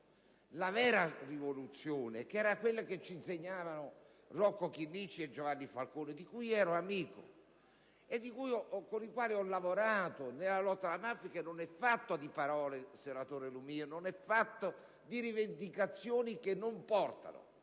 La vera rivoluzione che era quella che ci insegnavano Rocco Chinnici e Giovanni Falcone, di cui ero amico e con i quali ho lavorato nella lotta alla mafia (una lotta che non è fatta di parole, senatore Lumia, o di rivendicazioni, che non portano